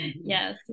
yes